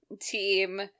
team